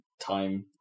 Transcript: Time